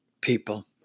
people